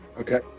Okay